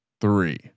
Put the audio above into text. three